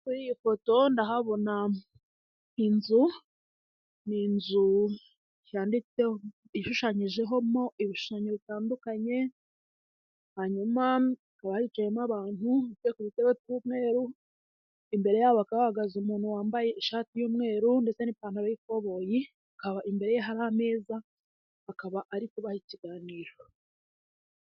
Kuri iyi foto ndahabona inzu ni inzu yanditseho ishushanyijeho ibishushanyo bitandukanye hanyuma yicayemo abantu bicaye ku dutebe tw'umweru imbere yabo hakaba hahagaze umuntu wambaye ishati y'umweru ndetse n'ipantaro y'ikoboyi akaba imbere hari ameza akaba ari kubaha ikiganiro.